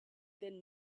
than